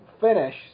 finish